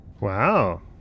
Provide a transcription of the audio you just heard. Wow